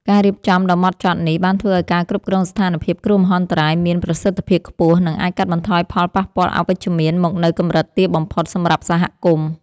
ការរៀបចំដ៏ហ្មត់ចត់នេះ បានធ្វើឱ្យការគ្រប់គ្រងស្ថានភាពគ្រោះមហន្តរាយមានប្រសិទ្ធភាពខ្ពស់ និងអាចកាត់បន្ថយផលប៉ះពាល់អវិជ្ជមានមកនៅកម្រិតទាបបំផុតសម្រាប់សហគមន៍។